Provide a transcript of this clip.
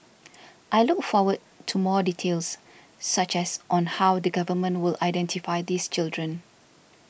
I look forward to more details such as on how the government will identify these children